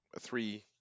three